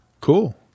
cool